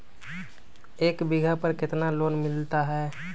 एक बीघा पर कितना लोन मिलता है?